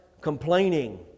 complaining